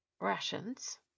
rations